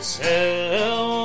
tell